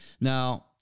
Now